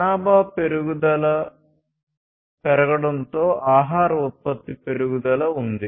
జనాభా పెరుగుదల పెరగడంతో ఆహార ఉత్పత్తి పెరుగుదల ఉంది